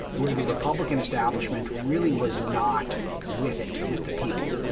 where the republican establishment really was not with it, with the people.